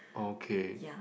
okay